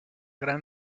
gran